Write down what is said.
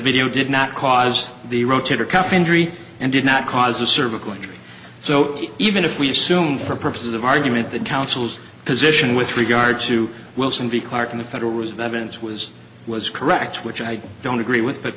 video did not cause the rotator cuff injury and did not cause of cervical injury so even if we assume for purposes of argument that counsel's position with regard to wilson v clarke in the federal reserve evans was was correct which i don't agree with but